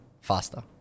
faster